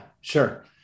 sure